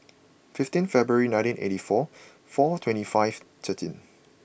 fifteen February nineteen eighty four four twenty five thirteen